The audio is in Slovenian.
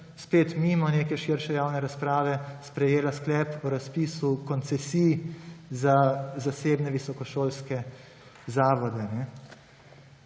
spet mimo neke širše javne razprave sprejela sklep o razpisu koncesij za zasebne visokošolske zavode.